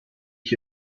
ich